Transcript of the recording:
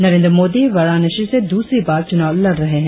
नरेंद्र मोदी वाराणसी से द्रसरी बार चुनाव लड़ रहे है